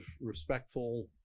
respectful